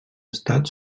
estat